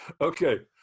Okay